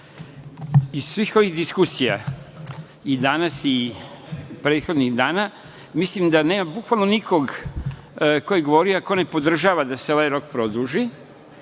svih ovih diskusija danas i prethodnih dana, mislim da nema bukvalno nikog koji govori, a koji ne podržava da se ovaj rok produži,